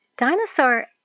Dinosaur